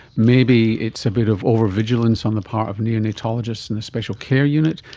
maybe it's a bit of over-vigilance on the part of neonatologists in the special care unit.